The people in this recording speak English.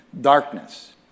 darkness